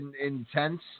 intense